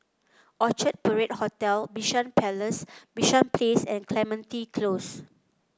Orchard Parade Hotel Bishan Palace Bishan Place and Clementi Close